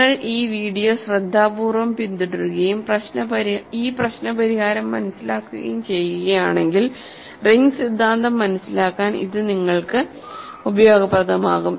നിങ്ങൾ ഈ വീഡിയോ ശ്രദ്ധാപൂർവ്വം പിന്തുടരുകയും ഈ പ്രശ്ന പരിഹാരം മനസിലാക്കുകയും ചെയ്യുകയാണെങ്കിൽ റിംഗ് സിദ്ധാന്തം മനസിലാക്കാൻ ഇത് നിങ്ങൾക്ക് ഉപയോഗപ്രദമാകും